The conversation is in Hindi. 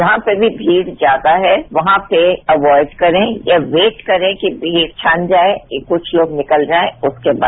जहां पर भी भीड़ ज्यादा है वहां पर अवाइड करें या वेट करें कि भीड़ छन जाएं कि कुछ लोग निकल जाएं उसके बाद